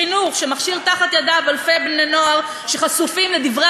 איש חינוך שמכשיר תחת ידיו אלפי בני-נוער שחשופים לדברי